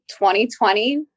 2020